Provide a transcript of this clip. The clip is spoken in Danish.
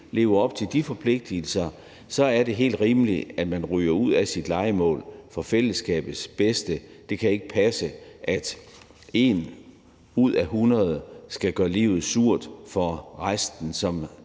leve op til de forpligtelser, er det helt rimeligt, at man ryger ud af sit lejemål, for fællesskabets bedste. Det kan ikke passe, at 1 ud af 100 skal gøre livet surt for resten,